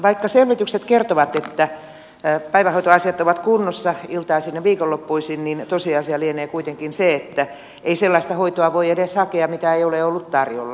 vaikka selvitykset kertovat että päivähoitoasiat ovat kunnossa iltaisin ja viikonloppuisin niin tosiasia lienee kuitenkin se että ei sellaista hoitoa voi edes hakea mitä ei ole ollut tarjolla